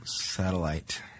Satellite